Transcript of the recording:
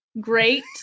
great